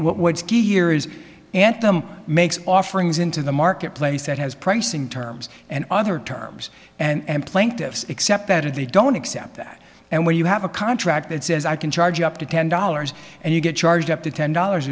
is anthem makes offerings into the marketplace that has pricing terms and other terms and plaintiffs except that if they don't accept that and where you have a contract that says i can charge up to ten dollars and you get charged up to ten dollars